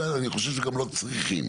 אני חושב שגם לא צריכים,